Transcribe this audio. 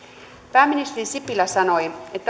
pääministeri sipilä sanoi että